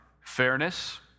fairness